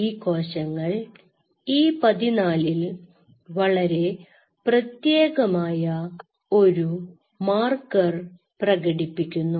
ഈ കോശങ്ങൾ E14 ൽ വളരെ പ്രത്യേകമായ ഒരു മാർക്കർ പ്രകടിപ്പിക്കുന്നു